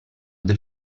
del